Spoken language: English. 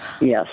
Yes